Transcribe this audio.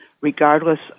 regardless